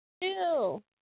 Ew